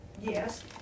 Yes